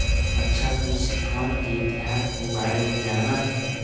अच्छा तू सिक्कवन के इतिहास के बारे में जाना हीं?